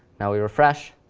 now we refresh,